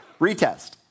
Retest